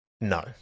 no